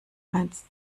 eins